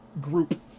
group